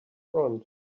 front